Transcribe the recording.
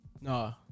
No